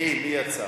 מי, מי יצא?